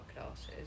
classes